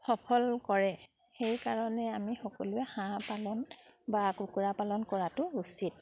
সফল কৰে সেইকাৰণে আমি সকলোৱে হাঁহ পালন বা কুকুৰা পালন কৰাটো উচিত